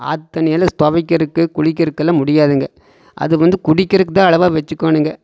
ஆற்று தண்ணியெல்லாம் துவைக்கறக்கு குளிக்கறக்கெல்லாம் முடியாதுங்க அது வந்து குடிக்கறதுக்குதான் அளவாக வச்சுக்கோனுங்க